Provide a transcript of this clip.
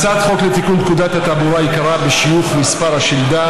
הצעת חוק לתיקון פקודת התעבורה עיקרה בשיוך מספר השלדה